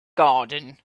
garden